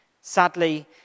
Sadly